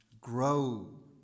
grow